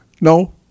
No